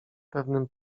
pewnym